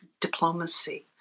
diplomacy